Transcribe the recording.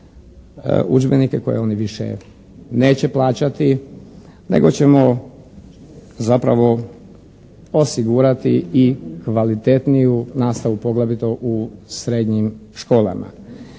udžbenike koji oni više neće plaćati, nego ćemo zapravo osigurati i kvalitetniju nastavu, poglavito u srednjim školama.